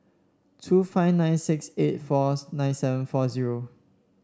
two five nine six eight four nine seven four zero